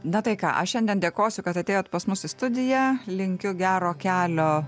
na tai ką aš šiandien dėkosiu kad atėjot pas mus į studiją linkiu gero kelio